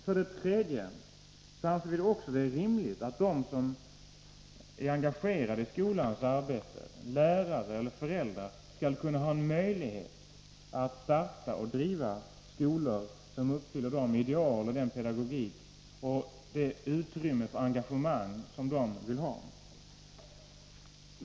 För det tredje anser vi att det är rimligt att de som är engagerade i skolans arbete — lärare eller föräldrar — skall kunna ha möjlighet att starta och driva skolor som motsvarar deras ideal och uppfyller deras krav på pedagogik och utrymme för engagemang.